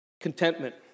Contentment